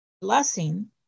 Blessing